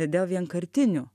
dėl vienkartinių